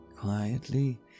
quietly